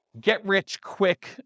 get-rich-quick